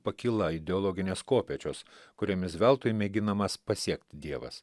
pakyla ideologinės kopėčios kuriomis veltui mėginamas pasiekti dievas